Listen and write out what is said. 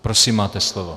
Prosím, máte slovo.